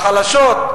לחלשות,